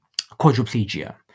quadriplegia